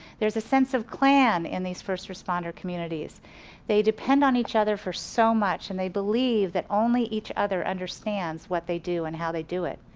there's a sense of clan in these first responder communities they depend on each other for so much and they believe that only each other understands what they do and how they do it.